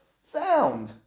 sound